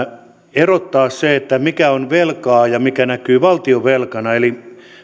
erottaa sen mikä on velkaa ja mikä näkyy valtionvelkana eli